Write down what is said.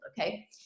okay